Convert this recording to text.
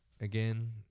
again